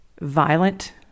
violent